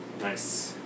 nice